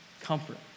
comfort